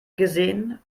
gesehen